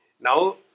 Now